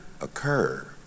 occur